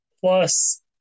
Plus